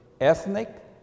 ethnic